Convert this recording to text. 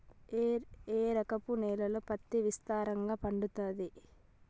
ఏ రకపు నేలల్లో పత్తి విస్తారంగా పండుతది?